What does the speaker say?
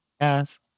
Yes